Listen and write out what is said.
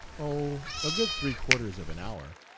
oh, a good three-quarters of an hour.